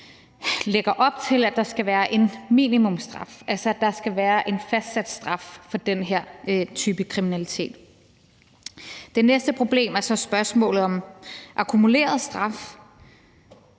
lægger op til, at der skal være en minimumsstraf, altså at der skal være en fastsat straf for den her type kriminalitet. Det næste problem er så spørgsmålet om akkumuleret straf.